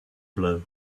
blow